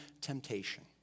temptation